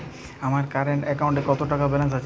আমার কারেন্ট অ্যাকাউন্টে কত টাকা ব্যালেন্স আছে?